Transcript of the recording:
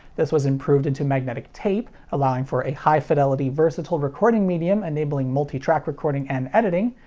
this was improved into magnetic tape, allowing for a high fidelity, versatile recording medium enabling multi-track recording and editing.